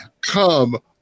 come